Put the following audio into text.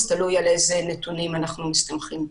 תלוי על איזה נתונים אנחנו מסתמכים.